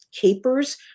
capers